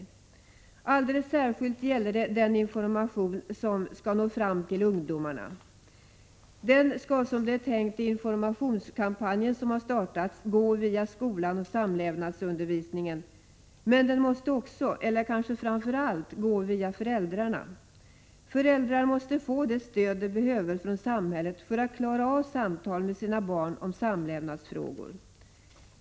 Detta gäller alldeles särskilt den information som skall nå fram till ungdomarna. Den skall, som det är tänkt i den informationskampanj som har startats, gå via skolan och samlevnadsundervisningen, men den måste också, eller kanske framför allt, gå via föräldrarna. Föräldrar måste få det stöd de behöver från samhället för att klara av samtal med sina barn om samlevnadsfrågor.